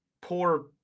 poor